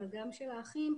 אבל גם של האחים,